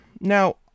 Now